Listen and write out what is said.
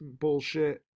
bullshit